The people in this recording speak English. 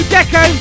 Deco